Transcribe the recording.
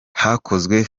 hakozwe